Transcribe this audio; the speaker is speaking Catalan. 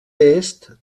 est